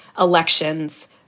elections